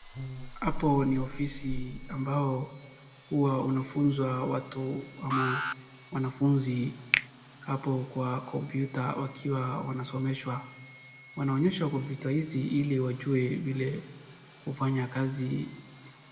Hapo ni ofisi ambao huwa unafunzwa watu ama wanafunzi hapo kwa kompyuta wakiwa wanasomeshwa. Wanaonyeshwa kompyuta hizi ili wajue vile kufanya kazi.